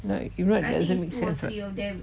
like you know it doesn't make sense [what]